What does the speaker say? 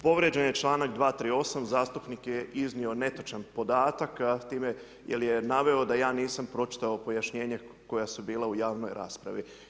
Povrijeđen je čl. 238. zastupnik je iznio netočan podatak, s time jer je naveo da ja nisam pročitao pojašnjenje koja su bila u javnom raspravi.